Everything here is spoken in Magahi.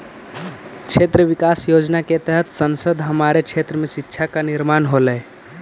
क्षेत्र विकास योजना के तहत संसद हमारे क्षेत्र में शिक्षा का निर्माण होलई